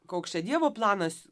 koks čia dievo planas